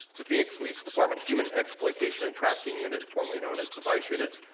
the phoenix police department human exploitation and franking unit, formerly known as the vise unit,